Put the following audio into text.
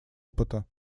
опыта